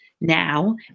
now